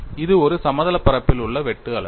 இது ஒரு சமதளப் பரப்பில் உள்ள வெட்டு அழுத்தம்